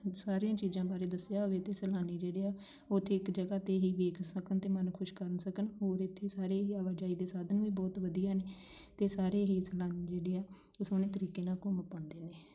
ਸਾਰੀਆਂ ਚੀਜ਼ਾਂ ਬਾਰੇ ਦੱਸਿਆ ਹੋਵੇ ਅਤੇ ਸੈਲਾਨੀ ਜਿਹੜੇ ਆ ਉੱਥੇ ਇੱਕ ਜਗ੍ਹਾ 'ਤੇ ਹੀ ਵੇਖ ਸਕਣ ਅਤੇ ਮਨ ਖੁਸ਼ ਕਰ ਸਕਣ ਹੋਰ ਇੱਥੇ ਸਾਰੇ ਹੀ ਆਵਾਜਾਈ ਦੇ ਸਾਧਨ ਵੀ ਬਹੁਤ ਵਧੀਆ ਨੇ ਅਤੇ ਸਾਰੇ ਹੀ ਸੈਲਾਨੀ ਜਿਹੜੇ ਆ ਉਹ ਸੋਹਣੇ ਤਰੀਕੇ ਨਾਲ ਘੁੰਮ ਪਾਉਂਦੇ ਨੇ